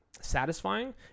satisfying